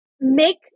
make